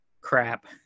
crap